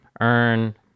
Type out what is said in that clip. earn